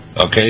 Okay